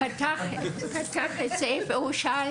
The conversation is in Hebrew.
זה שאני יודע לצייר,